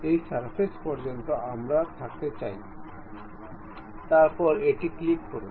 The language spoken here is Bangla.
এই সারফেস পর্যন্ত আমরা থাকতে চাই তারপর এটি ক্লিক করুন